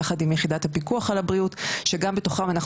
יחד עם יחידת הפיקוח על הבריאות שגם בתוכם אנחנו